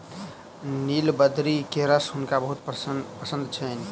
नीलबदरी के रस हुनका बहुत पसंद छैन